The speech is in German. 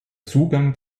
zugang